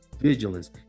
vigilance